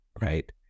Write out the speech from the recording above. right